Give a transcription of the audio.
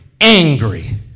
angry